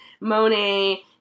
Monet